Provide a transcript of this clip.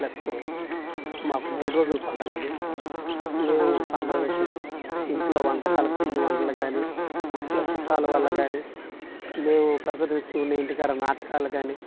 plus మాకు మూడు రోజుల పండుగ అది మేము పండగలకి ఇంట్లో వంటకాలకి పిండి వంటలు గానీ వచ్చే చూట్టాల వల్ల గానీ మేము ప్రదర్శించుకొనే ఇంటికడా నాటకాలు గానీ